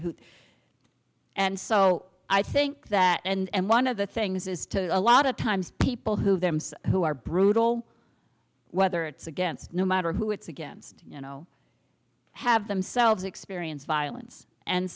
who and so i think that and one of the things is to a lot of times people who them's who are brutal whether it's against no matter who it's against you know have themselves experience violence and